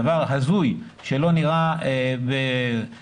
דבר הזוי שלא נראה בהגיון.